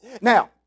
Now